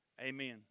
amen